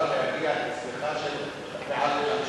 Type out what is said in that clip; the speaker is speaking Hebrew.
נגיד בנק ישראל אומר שבעידן של השלום אפשר להגיע לצמיחה של מעל 5%